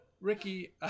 Ricky